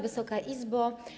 Wysoka Izbo!